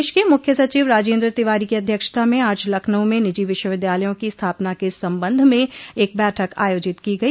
प्रदेश के मुख्य सचिव राजेन्द्र तिवारी की अध्यक्षता में आज लखनऊ में निजो विश्वविद्यालयों की स्थापना के संबंध में एक बैठक आयोजित की गई